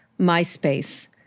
MySpace